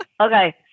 Okay